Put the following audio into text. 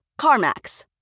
CarMax